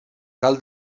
cal